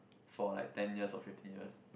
for like ten years or fifteen years